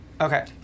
Okay